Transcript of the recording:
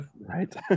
Right